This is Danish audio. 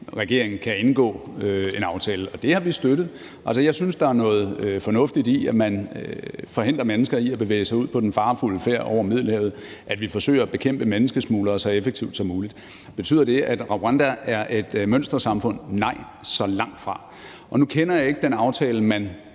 regeringen kan indgå en aftale, og det har vi støttet. Altså, jeg synes, der er noget fornuftigt i at forhindre mennesker i at begive sig ud på den farefulde færd over Middelhavet, og at vi forsøger at bekæmpe menneskesmuglere så effektivt som muligt. Betyder det, at Rwanda er et mønstersamfund? Nej, langtfra. Nu kender jeg ikke den aftale, man